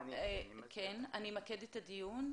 אמקד את הדיון.